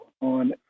on